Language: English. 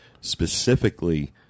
specifically